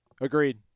Agreed